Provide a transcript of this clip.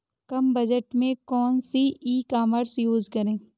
कम budget में कौन सी ई कॉमर्स यूज़ करें?